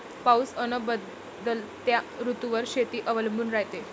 पाऊस अन बदलत्या ऋतूवर शेती अवलंबून रायते